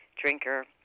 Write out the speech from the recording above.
drinker